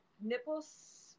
nipples